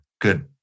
good